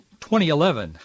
2011